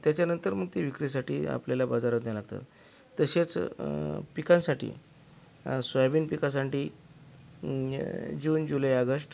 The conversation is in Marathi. त्याच्यानंतर मग ती विक्रीसाठी आपल्याला बाजारात न्यायला लागतात तसेच पिकांसाठी सोयाबीन पिकासाठी जून जुलै ऑगस्ट